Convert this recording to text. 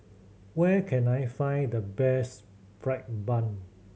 where can I find the best fried bun